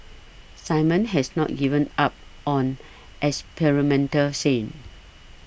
Simon has not given up on experimental thing